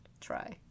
try